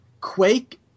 Quake